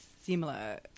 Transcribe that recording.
similar